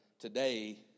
today